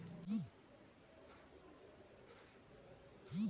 राहेर ह घलोक एक परकार के दलहन वाले फसल हरय